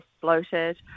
bloated